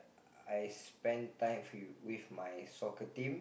I spend time with you with my soccer team